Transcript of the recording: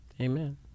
Amen